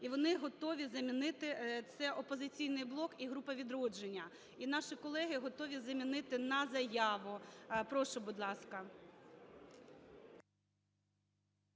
І вони готові замінити – це "Опозиційний блок" і група "Відродження", – і наші колеги готові замінити на заяву. Прошу, будь ласка.